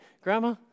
Grandma